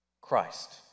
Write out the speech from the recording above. Christ